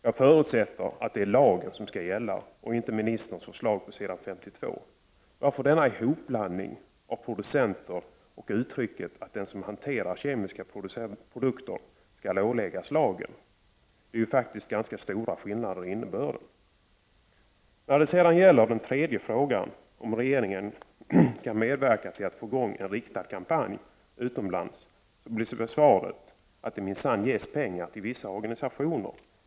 Jag förutsätter att det är lagen som skall gälla och inte ministerns förslag på s. 52.Varför denna hopblandning av producenter och uttrycket att den som hanterar kemiska produkter skall åläggas lagen? Det är faktiskt ganska stora skillnader i innebörden. När det gäller den tredje frågan om regeringen kan medverka till att få i gång en riktad kampanj utomlands blir svaret att det minsann ges pengar till vissa organisationer.